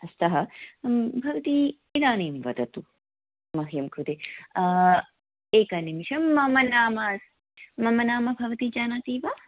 अस्तु भवती इदानीं वदतु मह्यं कृते एकनिमेषं मम नाम मम नाम भवती जानाति वा